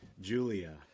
julia